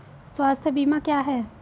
स्वास्थ्य बीमा क्या है?